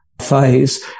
phase